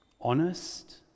Honest